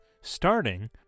Starting